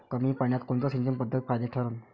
कमी पान्यात कोनची सिंचन पद्धत फायद्याची ठरन?